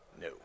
No